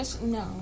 No